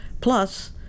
Plus